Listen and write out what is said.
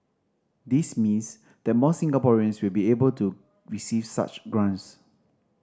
this means that more Singaporeans will be able to receive such grants